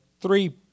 three